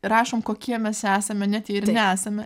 rašom kokie mes esame net jei nesame